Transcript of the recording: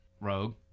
Rogue